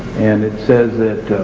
and it says that